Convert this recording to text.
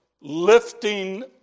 lifting